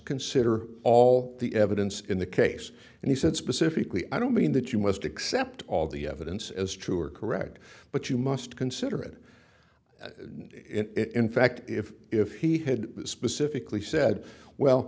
consider all the evidence in the case and he said specifically i don't mean that you must accept all the evidence as true or correct but you must consider it in fact if if he had specifically said well